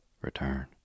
return